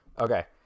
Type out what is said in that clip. okay